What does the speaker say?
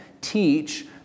teach